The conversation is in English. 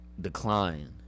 Decline